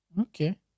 Okay